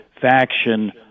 faction